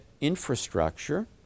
infrastructure